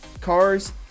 Cars